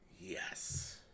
Yes